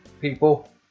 people